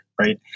right